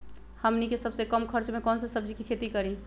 हमनी के सबसे कम खर्च में कौन से सब्जी के खेती करी?